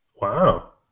Wow